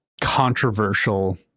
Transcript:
controversial